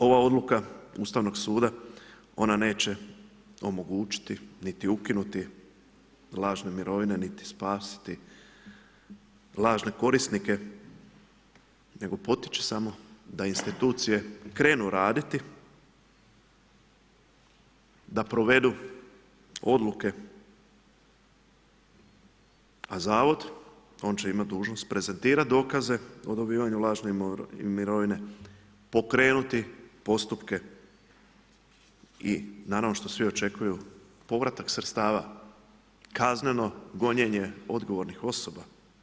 Ova Odluka Ustavnog suda, ona neće omogućiti niti ukinuti lažne mirovine niti spasiti lažne korisnike, nego potiče samo da institucije krenu raditi, da provedu odluke, a Zavod, on će imati dužnost prezentirati dokaze o dobivanju lažne mirovine, pokrenuti postupke i naravno što svi očekuju, povratak sredstava, kazneno gonjenje odgovornih osoba.